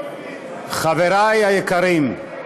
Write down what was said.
חברי היקרים,